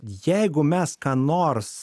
jeigu mes ką nors